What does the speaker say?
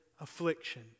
affliction